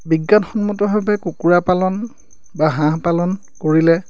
বিজ্ঞানসন্মতভাৱে কুকুৰা পালন বা হাঁহ পালন কৰিলে